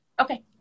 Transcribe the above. Okay